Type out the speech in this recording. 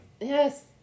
Yes